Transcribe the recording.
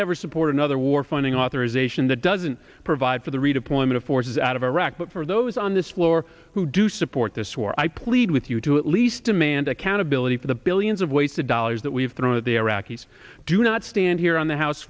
never support another war funding authorization that doesn't provide for the redeployment of forces out of iraq but for those on this floor who do support this war i plead with you to at least demand accountability for the billions of weights the dollars that we've thrown at the iraqis do not stand here on the house